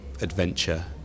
adventure